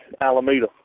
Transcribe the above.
Alameda